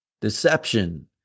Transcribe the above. deception